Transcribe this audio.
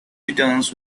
returns